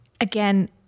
again